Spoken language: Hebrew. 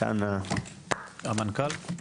המנכ"ל.